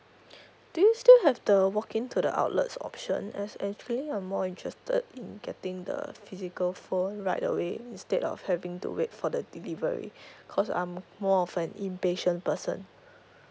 do you still have the walk in to the outlets option as actually I'm more interested in getting the physical phone right away instead of having to wait for the delivery because I'm more of an impatient person